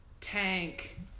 Tank